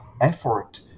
effort